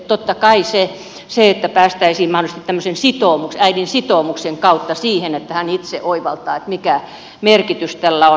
totta kai parasta olisi se että päästäisiin mahdollisesti tämmöisen äidin sitoumuksen kautta siihen että hän itse oivaltaa mikä merkitys tällä on